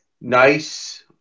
nice